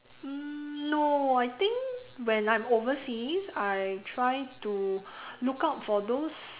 mm no I think when I'm overseas I try to look out for those